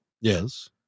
Yes